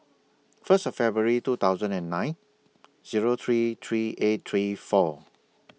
First February two thousand and nine Zero three three eight three four